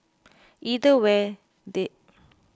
either way there